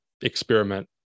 experiment